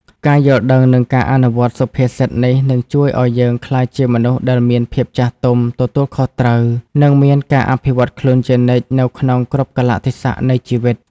ការយល់ដឹង និងការអនុវត្តន៍សុភាសិតនេះនឹងជួយឱ្យយើងក្លាយជាមនុស្សដែលមានភាពចាស់ទុំ ទទួលខុសត្រូវ និងមានការអភិវឌ្ឍន៍ខ្លួនជានិច្ចនៅក្នុងគ្រប់កាលៈទេសៈនៃជីវិត។